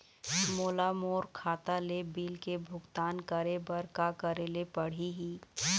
मोला मोर खाता ले बिल के भुगतान करे बर का करेले पड़ही ही?